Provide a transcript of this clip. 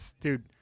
dude